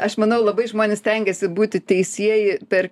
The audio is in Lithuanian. aš manau labai žmonės stengiasi būti teisieji per